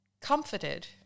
comforted